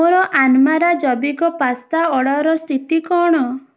ମୋର ଆନମାରା ଜୈବିକ ପାସ୍ତା ଅର୍ଡ଼ର୍ର ସ୍ଥିତି କ'ଣ